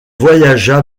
voyagea